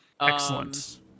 Excellent